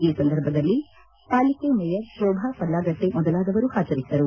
ಈ ಸಂದರ್ಭದಲ್ಲಿ ಪಾಲಿಕೆ ಮೇಯರ್ ಶೋಭ ಪಲ್ಲಾಗಟ್ಟೆ ಮೊದಲಾದವರು ಹಾಜರಿದ್ದರು